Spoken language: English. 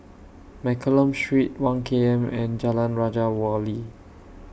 Mccallum Street one K M and Jalan Raja Wali